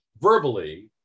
verbally